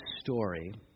story